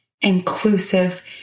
inclusive